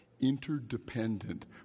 interdependent